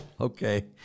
Okay